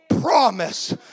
promise